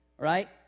right